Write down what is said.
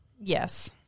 Yes